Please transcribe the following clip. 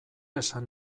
esan